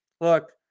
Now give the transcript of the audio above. Look